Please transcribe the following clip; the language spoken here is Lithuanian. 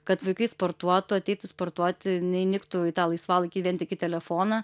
kad vaikai sportuotų ateitų sportuoti neįniktų į tą laisvalaikį vien tik į telefoną